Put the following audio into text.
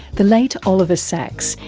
the late oliver sacks,